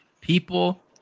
people –